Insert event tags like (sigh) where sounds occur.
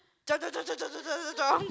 (noise)